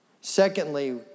Secondly